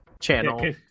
channel